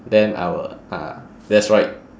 then I will ah that's right